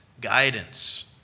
guidance